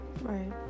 Right